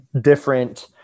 different